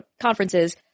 conferences